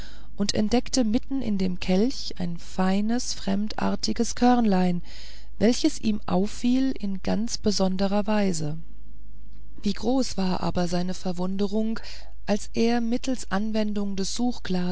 und entdeckte mitten in dem kelch ein kleines fremdartiges körnlein welches ihm auffiel in ganz besonderer weise wie groß war aber seine verwunderung als er mittelst anwendung des